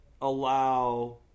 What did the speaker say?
allow